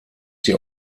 sie